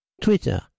Twitter